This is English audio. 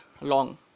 long